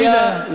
תמיד היה.